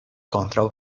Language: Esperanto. kontraŭ